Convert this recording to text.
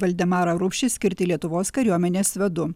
valdemarą rupšį skirti lietuvos kariuomenės vadu